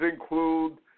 include